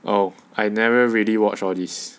oh I never really watch all this